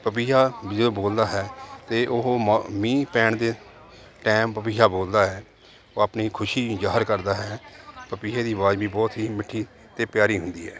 ਪਪੀਹਾ ਜਦੋਂ ਬੋਲਦਾ ਹੈ ਅਤੇ ਉਹ ਮ ਮੀਂਹ ਪੈਣ ਦੇ ਟਾਈਮ ਪਬੀਹਾ ਬੋਲਦਾ ਹੈ ਉਹ ਆਪਣੀ ਖੁਸ਼ੀ ਜਾਹਿਰ ਕਰਦਾ ਹੈ ਪਪੀਹੇ ਦੀ ਆਵਾਜ਼ ਵੀ ਬਹੁਤ ਹੀ ਮਿੱਠੀ ਅਤੇ ਪਿਆਰੀ ਹੁੰਦੀ ਹੈ